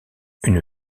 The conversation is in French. une